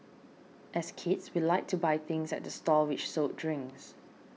as kids we liked to buy things at the stalls which sold drinks